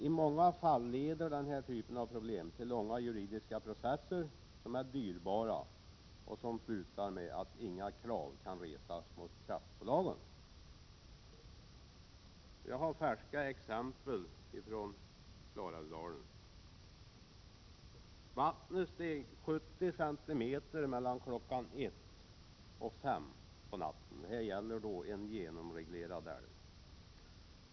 I många fall leder den här typen av problem till långa juridiska processer som är = Prot. 1987/88:21 dyrbara och slutar med att inga krav kan resas mot kraftbolagen. 11 november 1987 Jag har ett färskt exempel från Klarälvsdalen. Vattnet steg 70 centimeter. dj mellan kl. 1 och kl. 5 på natten. Det gäller en genomreglerad älv.